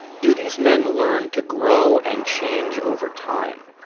do these men learn to grow and change over time?